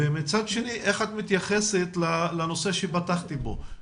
ומצד שני איך את מתייחסת לנושא שפתחתי בו,